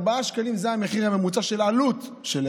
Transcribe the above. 4 שקלים זה המחיר הממוצע של לחם.